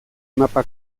mapa